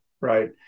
Right